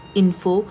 info